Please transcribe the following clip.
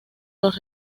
los